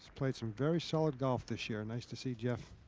played some very solid golf this year. nice to see jeff